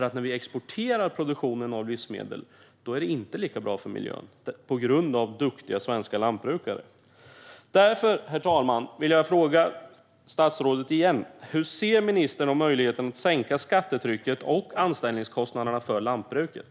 Att exportera produktion av livsmedel är inte lika bra för miljön på grund av duktiga svenska lantbrukare. Herr talman! Därför vill jag fråga statsrådet igen: Hur ser ministern på möjligheten att minska skattetrycket och anställningskostnaderna för lantbruket?